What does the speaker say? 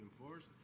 enforced